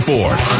Ford